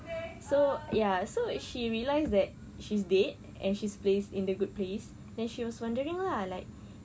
so ya so she realised that she's bad and she's placed in the good place then she was wondering lah like